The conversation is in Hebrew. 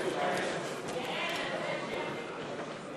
סעיף 21 לא נתקבלה.